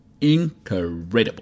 Incredible